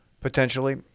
potentially